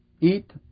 eat